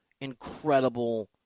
incredible